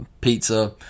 pizza